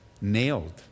nailed